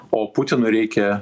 o putinu reikia